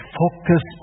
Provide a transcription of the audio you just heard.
focus